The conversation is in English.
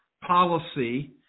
policy